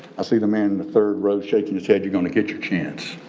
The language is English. i see the man in the third rows shaking his head, you're gonna get your chance.